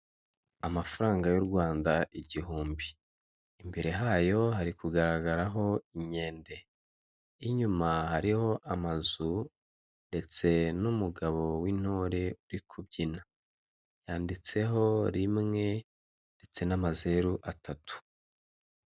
Amafaranga y'u Rwanda igihumbi. Imbere hayo hari kugaragaraho inkende, inyuma hariho amazu ndetse n'umugabo w'intore uri kubyina. Yanditseho rimwe ndetse n'amazeru atatu.